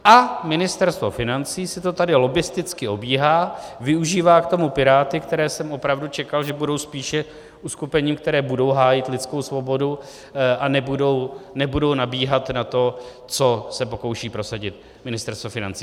A Ministerstvo financí si to tady lobbisticky obíhá, využívá k tomu Piráty, od kterých jsem opravdu čekal, že budou spíše uskupením, které bude hájit lidskou svobodu, a nebudou nabíhat na to, co se pokouší prosadit Ministerstvo financí.